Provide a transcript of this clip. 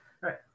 right